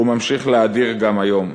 וממשיך להדיר גם היום.